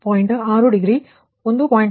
8 degree ಆಗಿ 0